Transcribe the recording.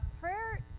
prayer